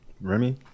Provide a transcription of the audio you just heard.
Remy